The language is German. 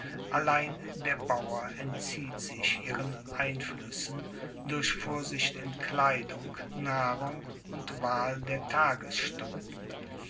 allein der bauer entzieht sich ihren einfluessen durch vorsicht in kleidung nahrung und wahl der tagesstunden